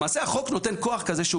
למעשה החוק נותן כוח כזה,